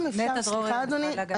סליחה אדוני,